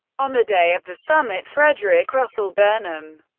on the day of the summit, frederick russell burnham,